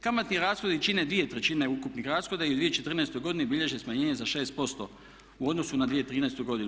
Kamatni rashodi čine 2/3 ukupnih rashoda i u 2014. godini bilježe smanjenje za 6% u odnosu na 2013. godinu.